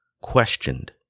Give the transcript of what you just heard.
questioned